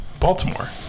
Baltimore